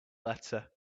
letter